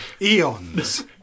Eons